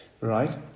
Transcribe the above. right